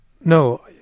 No